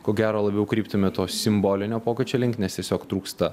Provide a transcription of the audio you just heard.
ko gero labiau kryptume to simbolinio pokyčio link nes tiesiog trūksta